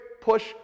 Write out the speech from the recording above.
push